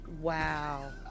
Wow